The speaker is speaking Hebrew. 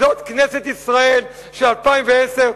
זאת כנסת ישראל של 2010,